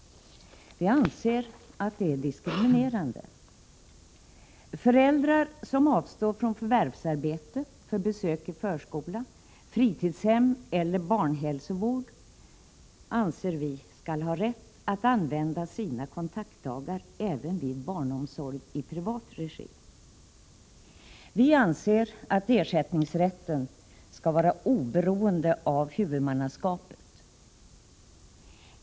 Vi anser att det är diskriminerande. Föräldrar som avstår från förvärvsarbete för besök i förskola, fritidshem eller barnhälsovård skall enligt vår mening ha rätt att använda sina kontaktdagar även vid barnomsorg i privat regi. Vi anser att ersättningsrätten skall vara oberoende av huvudmannaskapet.